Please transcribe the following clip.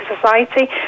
society